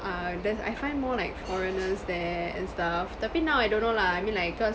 err there's I find more like foreigners there and stuff tapi now I don't know lah I mean like cause